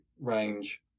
range